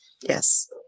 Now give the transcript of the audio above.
Yes